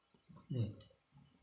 mm